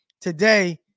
Today